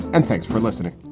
and thanks for listening